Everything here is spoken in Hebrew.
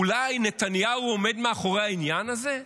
אולי נתניהו עומד מאחורי העניין הזה?